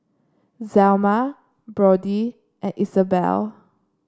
Zelma Brody and Isabel